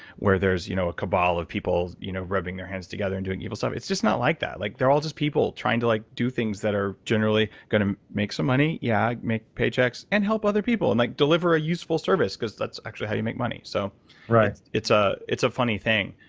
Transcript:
where there's you know a cabal of people you know rubbing their hands together and doing evil stuff. it's just not like that. like they're all just people trying to like do things that are generally going to make some money, yeah, make paychecks, and help other people, and like deliver a useful service because that's actually how you make money. so, josh right. dave ah it's a funny thing.